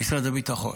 במשרד הביטחון.